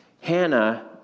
Hannah